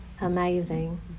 amazing